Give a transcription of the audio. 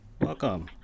Welcome